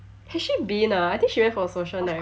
has she been ah I think she went for social night